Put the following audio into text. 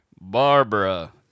Barbara